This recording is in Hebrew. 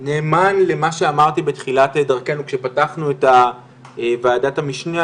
נאמן למה שאמרתי בתחילת דרכינו כשפתחנו את ועדת המשנה,